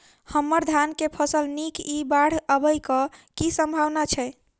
हम्मर धान केँ फसल नीक इ बाढ़ आबै कऽ की सम्भावना छै?